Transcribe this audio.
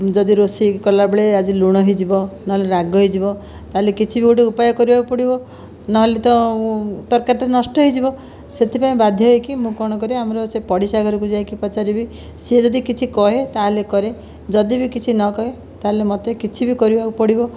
ଯଦି ରୋଷେଇ କଲାବେଳେ ଆଜି ଲୁଣ ହୋଇଯିବ ନହେଲେ ରାଗ ହୋଇଯିବ ତା'ହେଲେ କିଛି ବି ଗୋଟେ ଉପାୟ କରିବାକୁ ପଡ଼ିବ ନହେଲେ ତ ତରକାରୀଟା ନଷ୍ଟ ହୋଇଯିବ ସେଥିପାଇଁ ବାଧ୍ୟ ହୋଇକି ମୁଁ କ'ଣ କରେ ଆମର ସେ ପଡ଼ିଶା ଘରକୁ ଯାଇକି ପଚାରିବି ସିଏ ଯଦି କିଛି କହେ ତା'ହେଲେ କରେ ଯଦି ବି କିଛି ନ କହେ ତା'ହେଲେ ମୋତେ କିଛି ବି କରିବାକୁ ପଡ଼ିବ